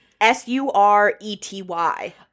s-u-r-e-t-y